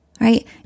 right